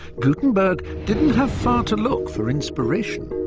gutenberg didn't have far to look for inspiration.